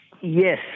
Yes